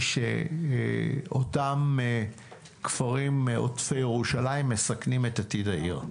אמרתי שאותם כפרים עוטפי ירושלים מסכנים את עתיד העיר,